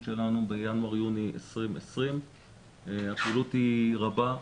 שלנו בינואר-יוני 2020. הפעילות היא רבה,